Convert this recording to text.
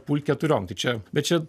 pult keturiom tai čia bet čia